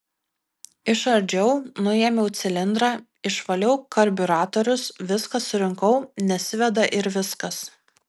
išardžiau nuėmiau cilindrą išvaliau karbiuratorius viską surinkau nesiveda ir viskas